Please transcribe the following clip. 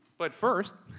but first,